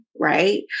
right